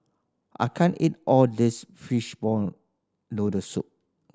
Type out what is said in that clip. I can't eat all this fishball noodle soup